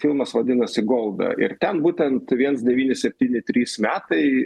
filmas vadinasi golda ir ten būtent viens devyni septyni trys metai